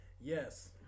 Yes